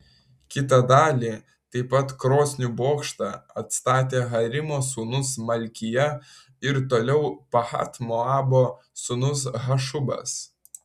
kitą dalį taip pat krosnių bokštą atstatė harimo sūnus malkija ir toliau pahat moabo sūnus hašubas